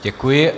Děkuji.